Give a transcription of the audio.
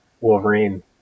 Wolverine